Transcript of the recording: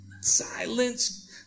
silence